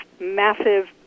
massive